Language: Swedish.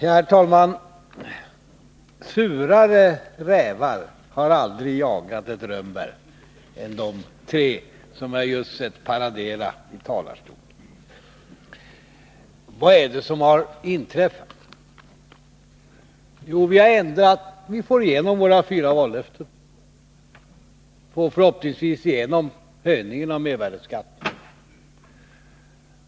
Herr talman! Surare rävar har aldrig jagat ett rönnbär än de tre som jag just sett paradera i talarstolen. Vad är det som har inträffat? Jo, vi får igenom våra fyra vallöften och får förhoppningsvis igenom höjningen av mervärdeskatten.